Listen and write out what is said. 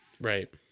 Right